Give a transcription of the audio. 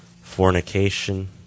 fornication